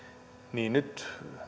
nyt vähän